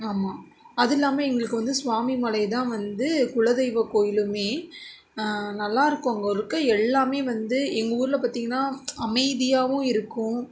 ஆமாம் அது இல்லாமல் எங்களுக்கு வந்து சுவாமிமலை தான் வந்து குலதெய்வ கோயிலுமே நல்லா இருக்கும் அங்கே இருக்க எல்லாமே வந்து எங்கள் ஊரில் பார்த்தீங்கன்னா அமைதியாகவும் இருக்கும்